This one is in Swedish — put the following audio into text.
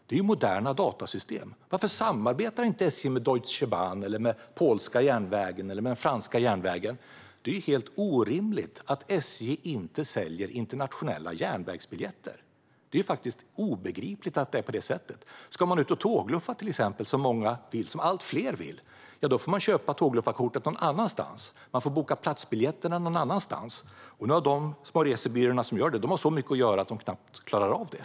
Det är ju moderna datasystem, så varför samarbetar inte SJ med Deutsche Bahn eller med den polska eller franska järnvägen? Det är både orimligt och obegripligt att SJ inte säljer internationella järnvägsbiljetter. Ska man ut och tågluffa, vilket allt fler vill, får man köpa tågluffarkort och boka platsbiljetter någon annanstans. De små resebyråer som gör detta har nu så mycket att göra att de knappt klarar av det.